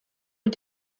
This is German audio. und